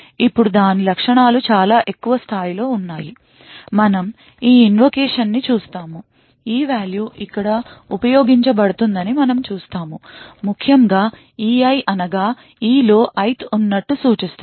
ఇప్పుడు దాని లక్షణాలు చాలా ఎక్కువ స్థాయిలో ఉన్నాయి మనం ఈ invocation న్ని చూస్తాము e వాల్యూ ఇక్కడ ఉపయోగించబడుతుందని మనం చూస్తాము ముఖ్యంగా e i అనగా e లో ith ఉన్నటు సూచిస్తుంది